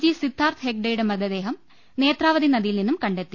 G Siddharth ഹെഗ്ഡെയുടെ മൃതദേഹം നേത്രാവതി നദിയിൽ നിന്നും കണ്ടെത്തി